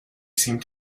seemed